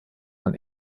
man